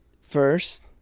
First